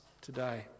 today